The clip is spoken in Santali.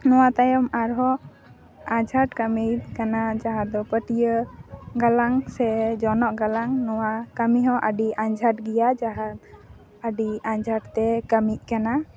ᱱᱚᱣᱟ ᱛᱟᱭᱚᱢ ᱟᱨ ᱦᱚᱸ ᱟᱸᱡᱷᱟᱴ ᱠᱟᱹᱢᱤ ᱠᱟᱱᱟ ᱡᱟᱦᱟᱸ ᱫᱚ ᱯᱟᱹᱴᱭᱟᱹ ᱜᱟᱞᱟᱝ ᱥᱮ ᱡᱚᱱᱚᱜ ᱜᱟᱞᱟᱝ ᱱᱚᱣᱟ ᱠᱟᱹᱢᱤ ᱦᱚᱸ ᱟᱹᱰᱤ ᱟᱸᱡᱷᱟᱴ ᱜᱮᱭᱟ ᱡᱟᱦᱟᱸ ᱟᱹᱰᱤ ᱟᱸᱡᱷᱟᱴ ᱛᱮ ᱠᱟᱹᱢᱤᱜ ᱠᱟᱱᱟ